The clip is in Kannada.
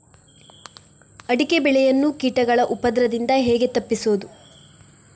ಅಡಿಕೆ ಬೆಳೆಯನ್ನು ಕೀಟಗಳ ಉಪದ್ರದಿಂದ ಹೇಗೆ ತಪ್ಪಿಸೋದು?